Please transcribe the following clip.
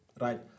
right